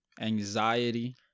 anxiety